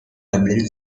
dublin